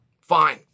Fine